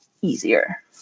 easier